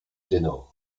ténor